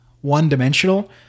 one-dimensional